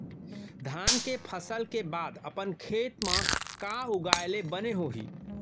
धान के फसल के बाद अपन खेत मा का उगाए ले बने होही?